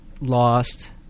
Lost